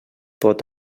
pot